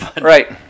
Right